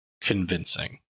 convincing